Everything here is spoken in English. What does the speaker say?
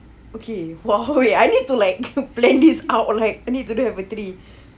okay !wow! wait I need to like plan this out like I need to do